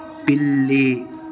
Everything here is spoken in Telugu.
పిల్లి